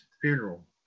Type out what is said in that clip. funeral